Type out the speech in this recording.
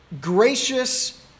gracious